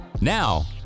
Now